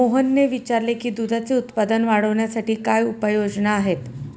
मोहनने विचारले की दुधाचे उत्पादन वाढवण्यासाठी काय उपाय योजना आहेत?